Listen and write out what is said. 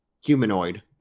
humanoid